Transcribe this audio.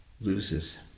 loses